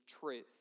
truth